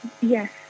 Yes